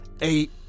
eight